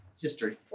History